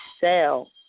sell